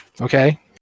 Okay